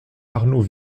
arnaud